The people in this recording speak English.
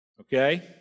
okay